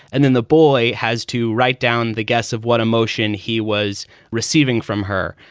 and then the boy has to write down the guests of what emotion he was receiving from her.